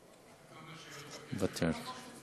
מוותר.